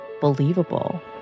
believable